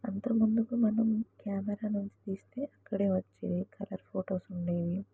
అంతక ముందు మనం కెమెరా నుంచి తీస్తే అక్కడ వచ్చేది కలర్ ఫొటోస్ ఉండేవి